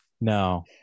No